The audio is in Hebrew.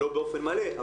לא באופן מלא,